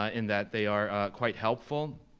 in that they are quite helpful,